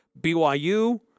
BYU